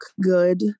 good